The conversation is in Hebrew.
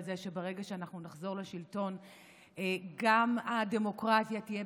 שברגע שאנחנו נחזור לשלטון גם הדמוקרטיה תהיה